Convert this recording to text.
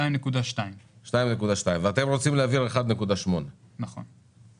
2.2. ואתם רוצים להעביר 1.8. נכון.